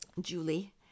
Julie